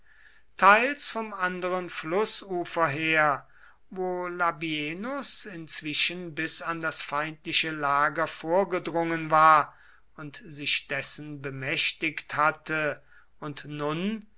teils vom anderen flußufer her wo labienus inzwischen bis an das feindliche lager vorgedrungen war und sich dessen bemächtigt hatte und nun